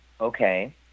Okay